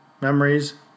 memories